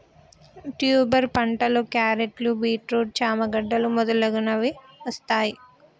tuber పంటలో క్యారెట్లు, beetroot, చామ గడ్డలు మొదలగునవి వస్తాయ్